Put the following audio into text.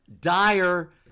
dire